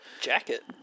Jacket